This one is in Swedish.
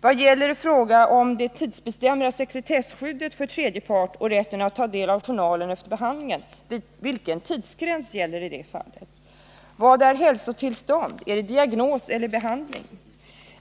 Vad gäller i fråga om det tidsbestämda sekretesskyddet för tredje part och rätten att ta del av journalen efter behandlingen? Vilken tidsgräns gäller i detta fall? 4. Vad är hälsotillstånd? Är det diagnos eller behandling?